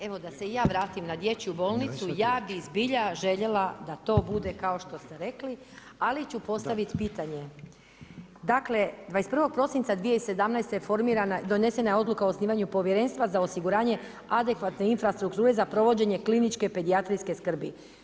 Evo da se i ja vratim na dječju bolnicu, ja bi zbilja željela da to bude kao što ste rekli, ali ću postaviti pitanje, dakle, 21. prosinca, je formirana, donesena je odluka o osnivanju povjerenstva za osiguranje adekvatne infrastrukture, za provođenje kliničke pedijatričke skrbi.